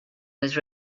was